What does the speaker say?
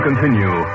Continue